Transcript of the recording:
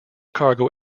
cargo